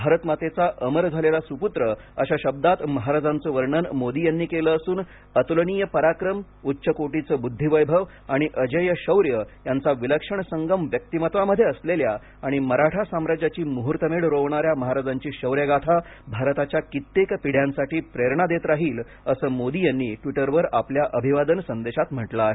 भारतमातेचा अमर झालेला सुपुत्र अशा शब्दात महाराजांचं वर्णन मोदी यांनी केलं असून अतुलनीय पराक्रम उच्चकोटीचं बुद्धिवैभव आणि अजेय शौर्य यांचा विलक्षण संगम व्यक्तिमत्त्वामध्ये असलेल्या आणि मराठा साम्राज्याची मुहूर्तमेढ रोवणाऱ्या महाराजांची शौर्यगाथा भारताच्या कित्येक पिढ्यांसाठी प्रेरणा देत राहील असं मोदी यांनी ट्वीटरवर आपल्या अभिवादन संदेशात म्हटलं आहे